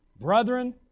Brethren